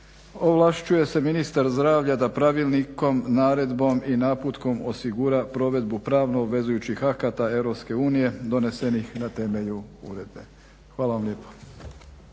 Ovlašćuje se ministar zdravlja da pravilnikom, naredbom i naputkom osigura provedbu pravno obvezujućih akata EU donesenih na temelju uredbe. Hvala vam lijepo.